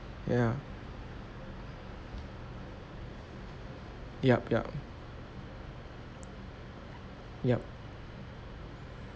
ya yup yup yup